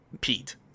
Pete